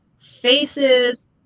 faces